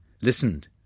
listened